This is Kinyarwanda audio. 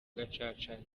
gacaca